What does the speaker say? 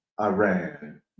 Iran